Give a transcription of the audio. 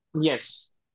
Yes